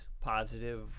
positive